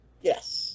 Yes